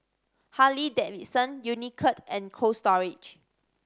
Harley Davidson Unicurd and Cold Storage